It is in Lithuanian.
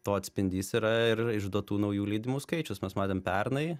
to atspindys yra ir išduotų naujų leidimų skaičius mes matėm pernai